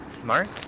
smart